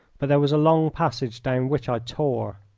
but there was a long passage down which i tore.